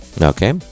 Okay